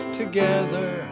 together